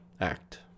Act